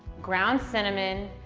ground cinnamon,